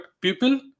people